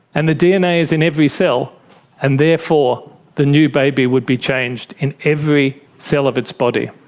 and the dna is in every cell and therefore the new baby would be changed in every cell of its body.